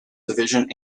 division